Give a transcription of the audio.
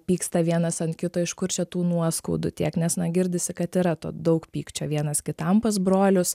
pyksta vienas ant kito iš kur čia tų nuoskaudų tiek nes na girdisi kad yra to daug pykčio vienas kitam pas brolius